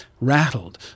rattled